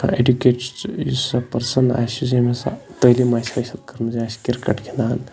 educate یُس ہسا person آسہِ یُس زَن ہسا تٲلیٖم آسہِ حٲصِل کٔرمٕژ یا آسہِ کِرکَٹ گِنٛدان